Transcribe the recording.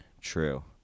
True